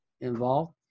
involved